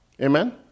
Amen